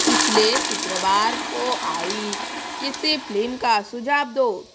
पिछले शुक्रवार को आई किसी फिल्म का सुझाव दो